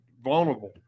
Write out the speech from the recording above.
vulnerable